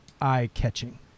eye-catching